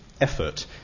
effort